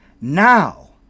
Now